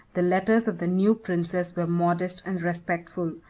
the letters of the new princes were modest and respectful,